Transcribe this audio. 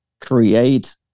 create